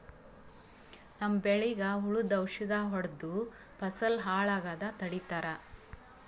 ನಮ್ಮ್ ಬೆಳಿಗ್ ಹುಳುದ್ ಔಷಧ್ ಹೊಡ್ದು ಫಸಲ್ ಹಾಳ್ ಆಗಾದ್ ತಡಿತಾರ್